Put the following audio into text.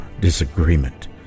disagreement